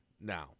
now